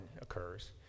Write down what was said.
occurs